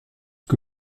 que